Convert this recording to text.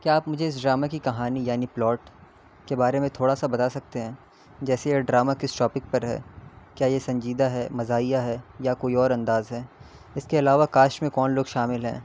کیا آپ مجھے اس ڈراما کی کہانی یعنی پلاٹ کے بارے میں تھوڑا سا بتا سکتے ہیں جیسے یہ ڈراما کس ٹاپک پر ہے کیا یہ سنجیدہ ہے مزاحیہ ہے یا کوئی اور انداز ہے اس کے علاوہ کاسٹ میں کون لوگ شامل ہیں